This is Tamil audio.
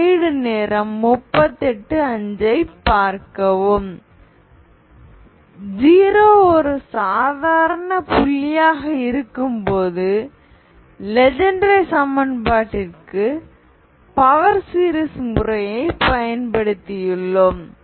0 ஒரு சாதாரண புள்ளியாக இருக்கும்போது லெஜென்ட்ரே சமன்பாட்டிற்கு பவர் சீரிஸ் முறையைப் பயன்படுத்தியுள்ளோம்